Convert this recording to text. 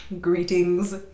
Greetings